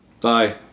Bye